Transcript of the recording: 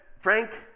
Frank